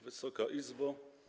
Wysoka Izbo!